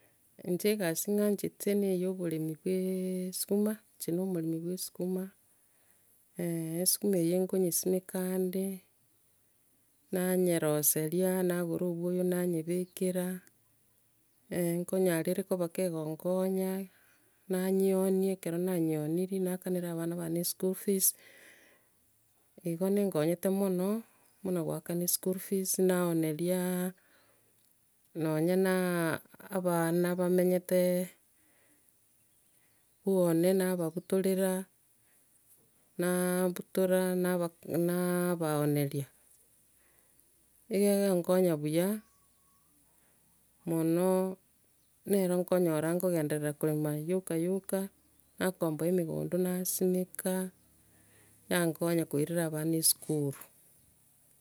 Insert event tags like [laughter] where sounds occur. Nche egase ng'anchete ne eyo oboremi bwe esukuma, nche no omoremi bwe esukuma, [hesitation] esukuma eye ngonyesimekande, nanyeroseria, nagora obuoyo, nanyebekera, [hesitation] ngonyara ere koba kego nkonya, nanyeoni, ekero nanyeoniri, naakanera abana bana eschool fees [hesitation] nigo nenkonyete mono buna goakana eschool fees, naoneria [hesitation] nonye na [hesitation] aba- ana ba- a- menyete [hesitation] buone, nababutorera [hesitation] na [hesitation] butora, nabak- na [hesitation] baoneria. Ekegonkonya buya, [hesitation] mono [hesitation] nero nkonyora nkogenderera korema yioka yioka, nakomboa emegondo, nasimeka yankonya koirera abana esukuru.